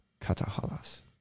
Katahalas